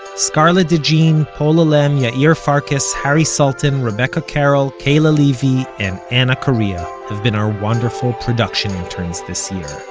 scarlett de jean, pola lem, yeah yair farkas, harry sultan, rebecca carrol, kayla levy and anna correa have been our wonderful production interns this year